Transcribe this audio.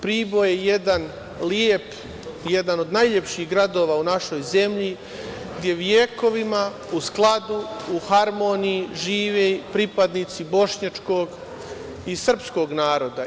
Priboj je jedan od najlepših gradova u našoj zemlji, gde vekovima u skladu i harmoniji žive pripadnici bošnjačkog i srpskog naroda.